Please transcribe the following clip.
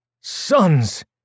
sons